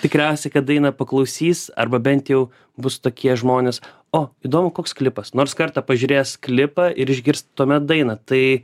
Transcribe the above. tikriausiai kad dainą paklausys arba bent jau bus tokie žmonės o įdomu koks klipas nors kartą pažiūrėjęs klipą ir išgirsti tuomet dainą tai